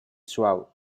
suau